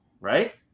right